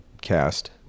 cast